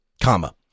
comma